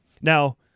Now